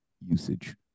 usage